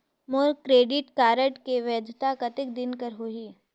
मोर credit card के वैधता कतेक दिन कर होही?